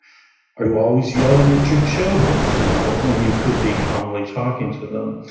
are you always yelling at your children you know when you could be calmly talking to them?